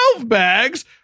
bags